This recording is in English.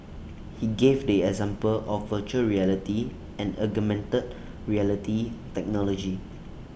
he gave the example of Virtual Reality and augmented reality technology